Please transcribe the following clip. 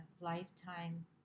lifetime